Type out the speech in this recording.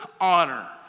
honor